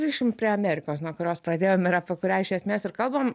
grįškim prie amerikos nuo kurios pradėjome ir apie kurią iš esmės ir kalbam